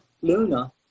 Luna